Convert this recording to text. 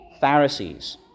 Pharisees